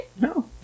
No